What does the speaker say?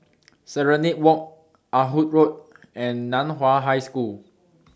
Serenade Walk Ah Hood Road and NAN Hua High School